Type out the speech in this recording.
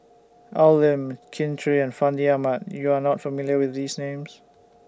Al Lim Kin Chui and Fandi Ahmad YOU Are not familiar with These Names